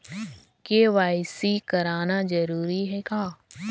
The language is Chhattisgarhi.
के.वाई.सी कराना जरूरी है का?